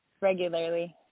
Regularly